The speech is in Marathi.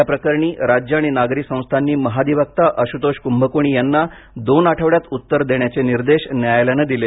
याप्रकरणी राज्य आणि नागरी संस्थांनी महाधिवक्ता आशुतोष कुंभकोणी यांना दोन आठवड्यांत उत्तर देण्याचे निर्देश न्यायालयानं दिले